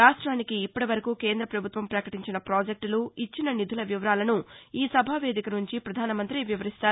రాష్ట్రానికి ఇప్పటివరకు కేంద్ర ప్రభుత్వం పకటించిన ప్రాజెక్టులు ఇచ్చిన నిధుల వివరాలను ఈసభా వేదిక నుంచి ప్రధానమంతి వివరించనున్నారు